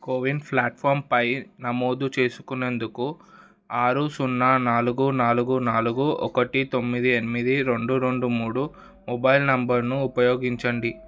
CoWIN platform పై నమోదు చేసుకునేందుకు ఆరు సున్నా నాలుగు నాలుగు నాలుగు ఒకటి తొమ్మిది ఎనిమిది రెండు రెండు మూడు మొబైల్ నంబరుని ఉపయోగించండి